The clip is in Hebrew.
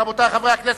רבותי חברי הכנסת,